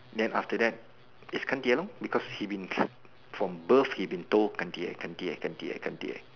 then after that it's 干爹 lor because he been from birth he been told 干爹干爹干爹干爹